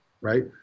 right